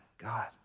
God